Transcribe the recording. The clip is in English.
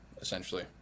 essentially